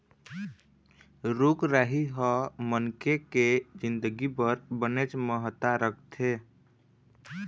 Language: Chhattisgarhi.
रूख राई ह मनखे के जिनगी बर बनेच महत्ता राखथे